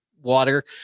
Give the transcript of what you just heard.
water